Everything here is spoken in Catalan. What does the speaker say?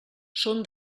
són